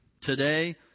today